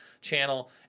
channel